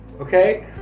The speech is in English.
Okay